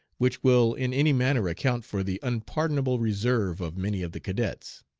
which will in any manner account for the unpardonable reserve of many of the cadets.